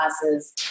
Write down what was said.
classes